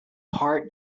heart